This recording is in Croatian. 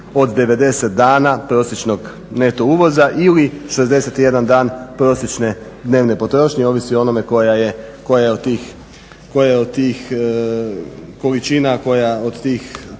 od 90 dana prosječnog neto uvoza ili 61 dan prosječne dnevne potrošnje. Ovisi o onome koja je od tih količina, koja od tih cifara